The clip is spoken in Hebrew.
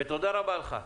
ותודה רבה לך.